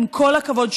עם כל הכבוד,